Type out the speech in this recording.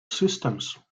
systems